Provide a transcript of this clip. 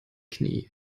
knie